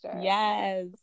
Yes